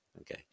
Okay